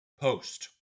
post